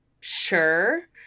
sure